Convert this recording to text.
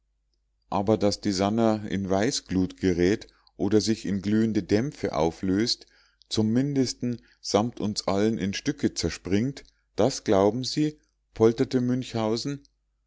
aber daß die sannah in weißglut gerät oder sich in glühende dämpfe auflöst zum mindesten samt uns allen in stücke zerspringt das glauben sie polterte münchhausen